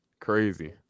crazy